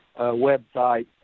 website